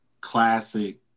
classic